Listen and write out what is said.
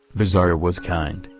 the tsar was kind,